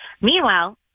Meanwhile